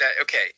Okay